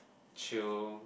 chill